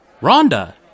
Rhonda